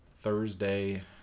Thursday